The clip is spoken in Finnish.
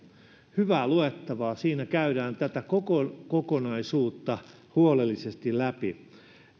hyvää luettavaa siinä käydään tätä koko kokonaisuutta huolellisesti läpi